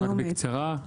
רק בקצרה.